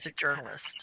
journalist